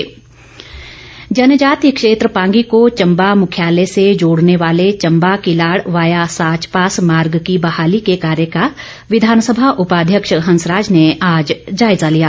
मार्ग जनजातीय क्षेत्र पांगी को चंबा मुख्यालय से जोड़ने वाले चंबा किलाड़ वाया साच पास मार्ग की बहाली के कार्य का विधानसभा उपाध्यक्ष हंसेराज ने आज जायजा लिया